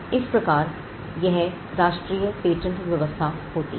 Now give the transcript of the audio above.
इस प्रकार यह राष्ट्रीय पेटेंट व्यवस्था होती है